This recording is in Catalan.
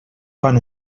fan